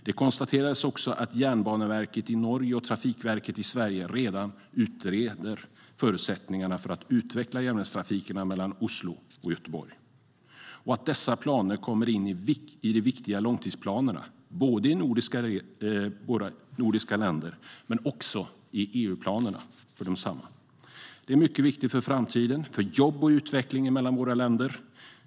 Det konstaterades också att Jernbaneverket i Norge och Trafikverket i Sverige redan utreder förutsättningarna för att utveckla järnvägstrafiken mellan Oslo och Göteborg. Dessa planer kommer in i de viktiga långtidsplanerna både i våra nordiska länder och i EU-planerna. Detta är mycket viktigt för framtiden för jobb och utveckling i våra länder.